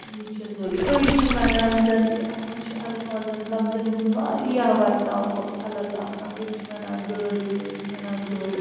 یہِ چھِ ضروٗری أڑۍ چھِ وَنان زَن تہِ اَتھ منٛز چھِ اَلفاظن لفظن ہنٛز واریاہ وَرتاو الگ آسان أڑۍ چھِ وَنان گٔر أڑۍ چھِ وَنان گٔڑ